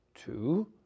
Two